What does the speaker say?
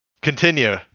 continue